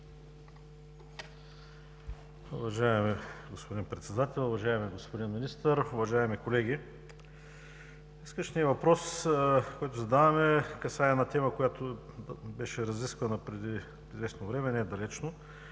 Уважаеми господин Председател, уважаеми господин Министър, уважаеми колеги! Днешният въпрос, който задаваме, касае една тема, която беше разисквана преди известно време, недалечно,